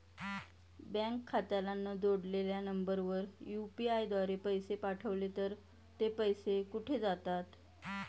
Bank खात्याला न जोडलेल्या नंबरवर यु.पी.आय द्वारे पैसे पाठवले तर ते पैसे कुठे जातात?